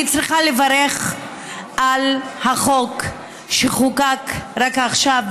אני צריכה לברך על החוק שחוקק רק עכשיו,